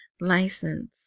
license